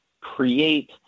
create